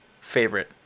favorite